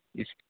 اس